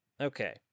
Okay